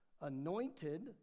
anointed